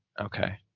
okay